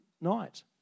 night